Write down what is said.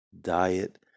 diet